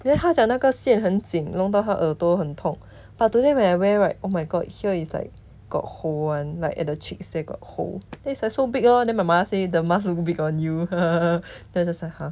then 他讲那个线很紧弄到他耳朵很痛 but today when I wear right oh my god here is like got hole [one] like at the cheeks there got hole then it's so big lor then my mother say the mask look big on you then I just like !huh!